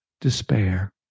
despair